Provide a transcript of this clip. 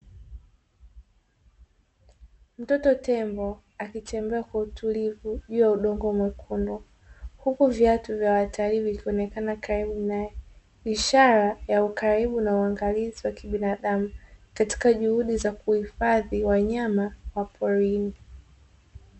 Mtoto tembo akitembea juu ya udongo mwekundu huku viatu vya watalii vikionekena karibu naye, ishara ya ukaribu na uangalizi wa binadamu katika juhudi za kuhifadhi wanyama wa porini.